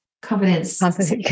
confidence